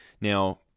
Now